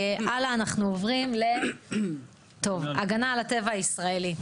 אנחנו עוברים להגנה על הטבע הישראלי.